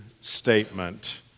statement